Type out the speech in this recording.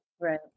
Right